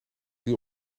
die